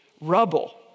rubble